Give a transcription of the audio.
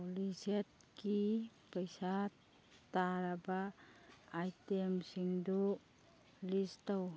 ꯄꯣꯂꯤꯁꯦꯠꯀꯤ ꯄꯩꯁꯥ ꯇꯥꯔꯕ ꯑꯥꯏꯇꯦꯝꯁꯤꯡꯗꯨ ꯂꯤꯁ ꯇꯧ